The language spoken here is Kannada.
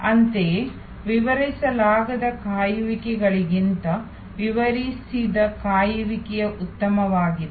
ಅಂತೆಯೇ ವಿವರಿಸಲಾಗದ ಕಾಯುವಿಕೆಗಳಿಗಿಂತ ವಿವರಿಸಿದ ಕಾಯುವಿಕೆ ಉತ್ತಮವಾಗಿದೆ